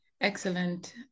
Excellent